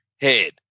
head